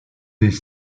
des